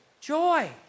joy